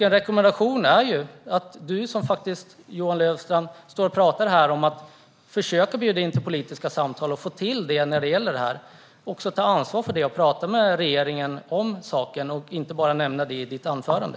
En rekommendation till dig, Johan Löfstrand, som här talar om försök att bjuda in till politiska samtal, är att också ta ansvar för detta. Tala med regeringen om saken och nämn det inte bara i ditt anförande!